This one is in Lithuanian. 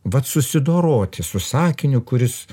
vat susidoroti su sakiniu kuris